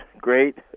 great